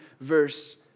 verse